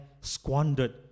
squandered